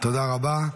תודה רבה.